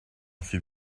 fut